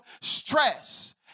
stress